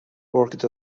worked